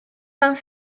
vingt